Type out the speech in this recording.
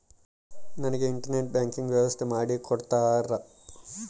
ನನಗೆ internet banking ವ್ಯವಸ್ಥೆ ಮಾಡಿ ಕೊಡ್ತೇರಾ?